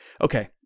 okay